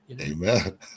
Amen